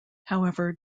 however